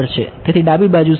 તેથી ડાબી બાજુ સરળ છે